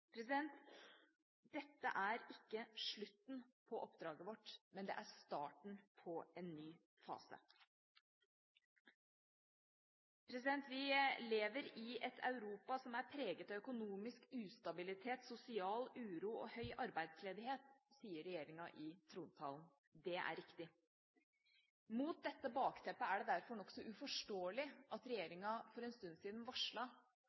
Dette er ikke slutten på oppdraget vårt, men det er starten på en ny fase. «Vi lever i et Europa som er preget av økonomisk ustabilitet, sosial uro og høy arbeidsledighet», sier regjeringa i trontalen. Det er riktig. Mot dette bakteppet er det derfor nokså uforståelig at